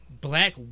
black